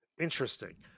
Interesting